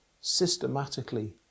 systematically